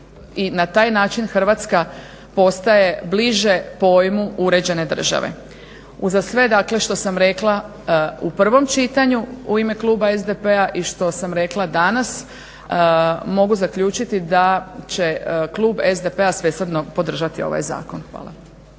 i na taj način Hrvatska postaje bliže pojmu uređene države. Uza sve što sam dakle rekla u prvom čitanju u ime Kluba SDP-a i što sam rekla danas mogu zaključiti da će Klub SDP-a svesrdno podržati ovaj zakon. Hvala.